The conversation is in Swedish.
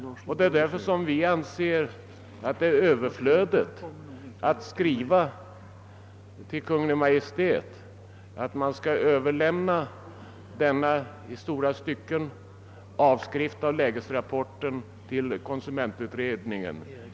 Det är av den anledningen vi anser det överflödigt att skri va till Kungl. Maj:t att man skall avlämna denna i långa stycken avskrift av lägesrapporten till konsumentutredningen.